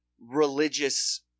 religious